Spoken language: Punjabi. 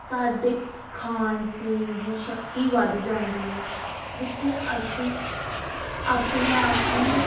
ਸਾਡੇ ਖਾਣ ਪੀਣ ਦੀ ਸ਼ਕਤੀ ਵੱਧ ਜਾਂਦੀ ਹੈ ਜਿੱਥੇ ਅਸੀਂ ਆਪਣੇ ਆਪ ਨੂੰ